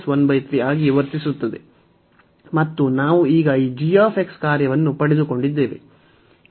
ಮತ್ತು ಈಗ ನಾವು ಈ g ಕಾರ್ಯವನ್ನು ಪಡೆದುಕೊಂಡಿದ್ದೇವೆ